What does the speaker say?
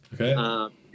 Okay